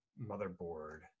motherboard